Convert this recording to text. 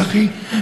צחי,